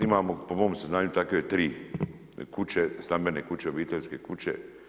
Imamo, po mom saznanju takve 3 kuće, stambene kuće, obiteljske kuće.